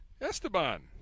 Esteban